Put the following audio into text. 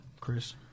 Chris